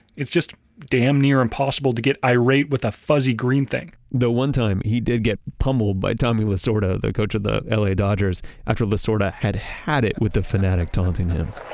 it's just damn near impossible to get irate with a fuzzy green thing though one time he did get pummeled by tommy lasorda, the coach of the l a. dodgers after lasorda had had it with the fanatic taunting him.